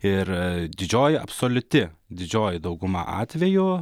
ir didžioji absoliuti didžioji dauguma atvejų